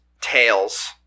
Tails